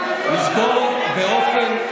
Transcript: אנחנו לא מאמינים לך.